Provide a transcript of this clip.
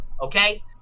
okay